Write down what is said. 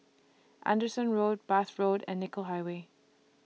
Anderson Road Bath Road and Nicoll Highway